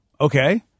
okay